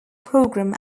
program